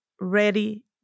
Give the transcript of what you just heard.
ready